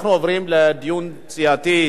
אנחנו עוברים לדיון סיעתי.